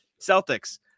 Celtics